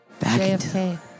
JFK